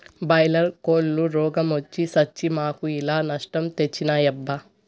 boiler కోల్లు రోగ మొచ్చి సచ్చి మాకు చాలా నష్టం తెచ్చినాయబ్బా